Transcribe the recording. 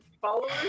followers